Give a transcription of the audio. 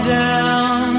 down